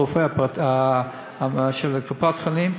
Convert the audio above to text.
הוא הרופא של קופת-חולים,